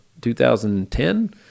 2010